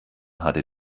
hatte